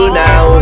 now